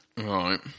Right